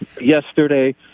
yesterday